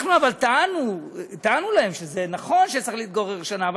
טענו בפניהם שזה נכון שצריך להתגורר שנה,